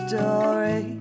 Story